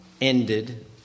ended